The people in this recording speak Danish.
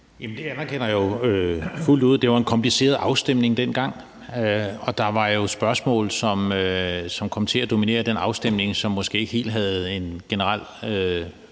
det anerkender jeg jo fuldt ud. Det var en kompliceret afstemning dengang, og der var jo spørgsmål, som kom til at dominere den afstemning, som måske ikke helt havde et fundament